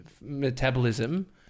metabolism